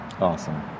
Awesome